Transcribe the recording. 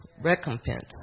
recompense